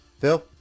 Phil